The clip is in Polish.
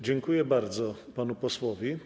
Dziękuję bardzo panu posłowi.